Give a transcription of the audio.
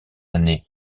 année